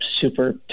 super